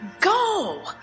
go